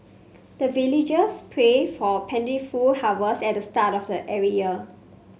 the villagers pray for plentiful harvest at the start of every year